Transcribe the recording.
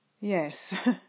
Yes